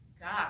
God